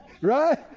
Right